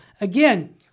Again